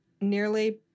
nearly